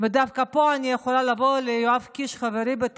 זה חוק מסובך, זה חוק שהשווי שלו זה 166 מיליארד